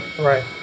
Right